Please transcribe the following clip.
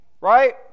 right